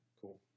Cool